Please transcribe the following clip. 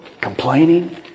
complaining